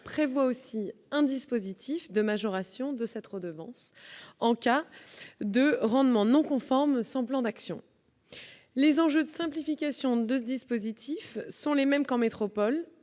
prévoit aussi un dispositif de majoration de cette redevance en cas de rendement non conforme son plan d'action, les enjeux de simplification 2 dispositifs sont les mêmes qu'en métropole